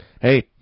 Hey